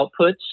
outputs